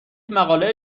مقاله